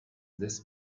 this